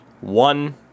One